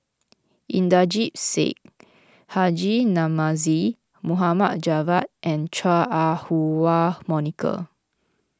Inderjit Singh Haji Namazie Mohammed Javad and Chua Ah Huwa Monica